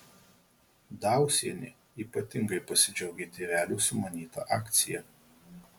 dausienė ypatingai pasidžiaugė tėvelių sumanyta akcija